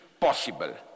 possible